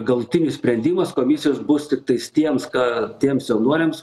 galutinis sprendimas komisijos bus tiktais tiems ką tiems jaunuoliams